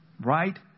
Right